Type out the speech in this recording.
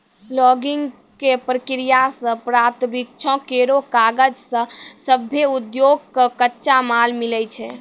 logging क प्रक्रिया सें प्राप्त वृक्षो केरो कागज सें सभ्भे उद्योग कॅ कच्चा माल मिलै छै